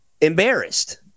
embarrassed